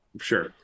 Sure